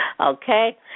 Okay